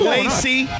Lacey